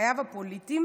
"מחייו הפוליטיים